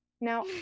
Now